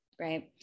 right